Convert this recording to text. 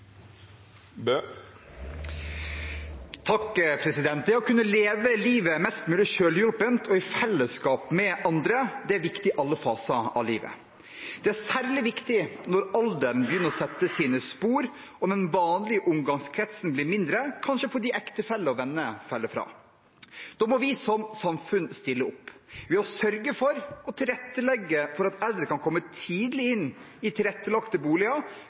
Det å kunne leve livet mest mulig selvhjulpent og i fellesskap med andre er viktig i alle faser av livet. Det er særlig viktig når alderen begynner å sette sine spor og den vanlige omgangskretsen blir mindre, kanskje fordi ektefelle og venner faller fra. Da må vi som samfunn stille opp. Ved å sørge for å tilrettelegge for at eldre kan komme tidlig inn i tilrettelagte boliger,